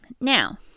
Now